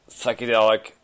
psychedelic